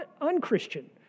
unchristian